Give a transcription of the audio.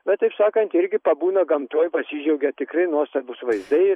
bet taip sakant irgi pabūna gamtoj pasidžiaugia tikrai nuostabūs vaizdai